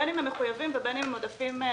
בין אם הם מחויבים ובין אם הם עודפים רגילים,